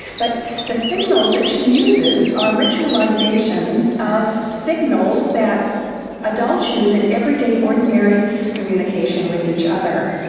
but the signals that she uses are ritualisations of signals that adults use in everyday ordinary communication with each other.